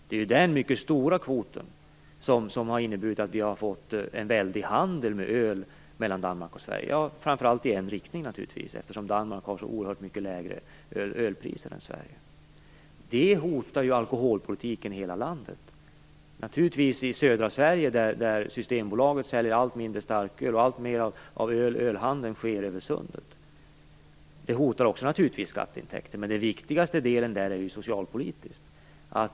Det är den mycket stora kvoten som har inneburit att vi har fått en väldig handel med öl mellan Danmark och Sverige - framför allt i en riktning naturligtvis, eftersom Danmark har så oerhört mycket lägre ölpriser än Sverige. Det hotar ju alkoholpolitiken i hela landet. Naturligtvis är det så i södra Sverige, där Systembolaget säljer allt mindre starköl och där alltmer av ölhandeln sker över sundet. Det hotar naturligtvis också skatteintäkter, men den viktigaste delen är ju socialpolitisk.